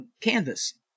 canvas